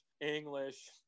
English